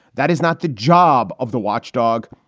that is not the job of the watchdog